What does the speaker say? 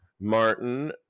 Martin